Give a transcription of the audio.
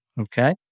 Okay